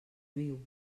viu